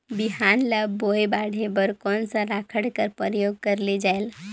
बिहान ल बोये बाढे बर कोन सा राखड कर प्रयोग करले जायेल?